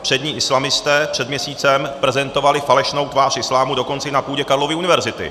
Přední islamisté před měsícem prezentovali falešnou tvář islámu dokonce i na půdě Karlovy univerzity.